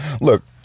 look